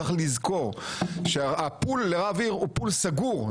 צריך לזכור שה-pool לרב עיר הוא pool סגור,